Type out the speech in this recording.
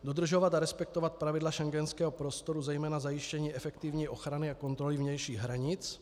Dodržovat a respektovat pravidla schengenského prostoru, zejména zajištění efektivní ochrany a kontroly vnějších hranic.